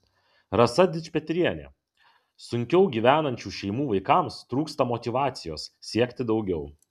rasa dičpetrienė sunkiau gyvenančių šeimų vaikams trūksta motyvacijos siekti daugiau